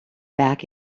back